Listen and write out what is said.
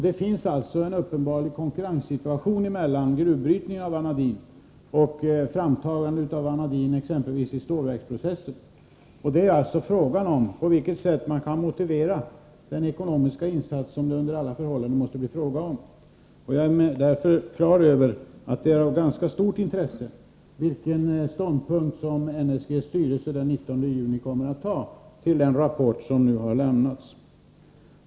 Det finns alltså en uppenbar konkurrenssituation mellan gruvbrytning av vanadin och framtagande av vanadin i exempelvis stålverksprocessen. Det är fråga om på vilket sätt man kan motivera den ekonomiska insats som det under alla förhållanden måste bli tal om. Jag är därför på det klara med att det är av ganska stort intresse vilken ståndpunkt NSG:s styrelse den 19 juni kommer att fatta till den rapport som nu har lämnats.